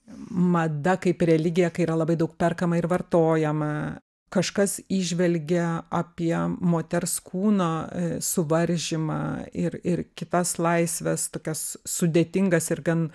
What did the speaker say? mada kaip religija kai yra labai daug perkama ir vartojama kažkas įžvelgia apie moters kūno suvaržymą ir ir kitas laisves tokias sudėtingas ir gan